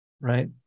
right